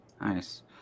Nice